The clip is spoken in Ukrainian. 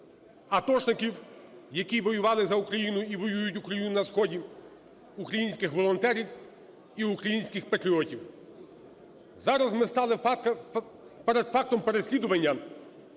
атошників, які воювали за Україну і воюють за Україну на сході, українських волонтерів і українських патріотів. Зараз ми стали перед фактом переслідування